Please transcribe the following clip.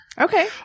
Okay